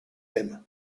him